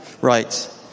Right